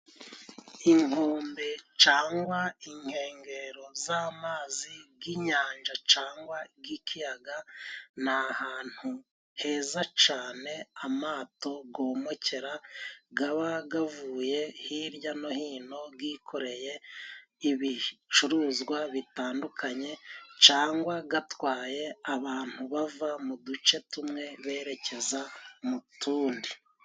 Inkombe cangwa inkengero z'amazi g'inyanja cangwa g'ikiyaga, ni ahantu heza cane amato gomokera gaba gavuye hirya no hino, gikoreye ibicuruzwa bitandukanye, cangwa gatwaye abantu bava mu duce tumwe berekeza mu utundi.